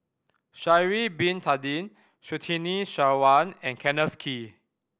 Sha'ari Bin Tadin Surtini Sarwan and Kenneth Kee